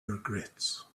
regrets